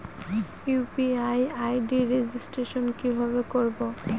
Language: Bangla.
ইউ.পি.আই আই.ডি রেজিস্ট্রেশন কিভাবে করব?